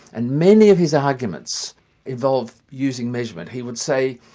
and many of his arguments involve using measurement. he would say,